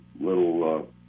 little